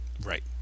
right